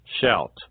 Shout